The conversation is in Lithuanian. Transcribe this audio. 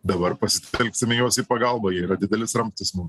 dabar pasitelksime juos į pagalbą jie yra didelis ramstis mum